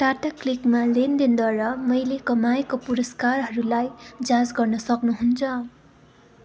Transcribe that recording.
टाटा क्लिकमा लेनदेनद्वारा मैले कमाएको पुरस्कारहरूलाई जाँच गर्न सक्नुहुन्छ